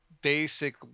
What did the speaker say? Basic